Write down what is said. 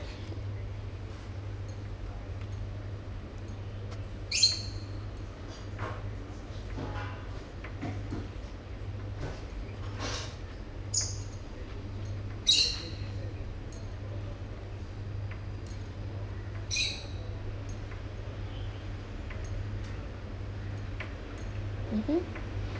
mmhmm